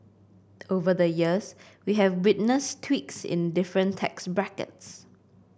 over the years we have witnessed tweaks in the different tax brackets